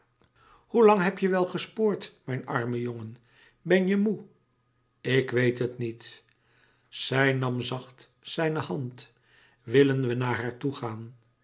hoe lang heb je wel gespoord mijn arme jongen ben je moê ik weet het niet zij nam zacht zijne hand willen we naar haar toegaan